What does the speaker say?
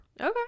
Okay